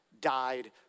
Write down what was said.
died